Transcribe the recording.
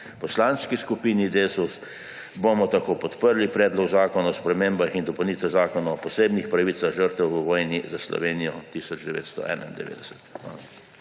Poslanski skupini Desus bomo tako podprli Predlog zakona o spremembah in dopolnitvah Zakona o posebnih pravicah žrtev v vojni za Slovenijo 1991.